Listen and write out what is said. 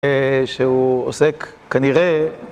שהוא עוסק כנראה